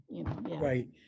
Right